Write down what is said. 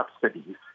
subsidies